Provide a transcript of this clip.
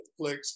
Netflix